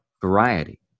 variety